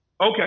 Okay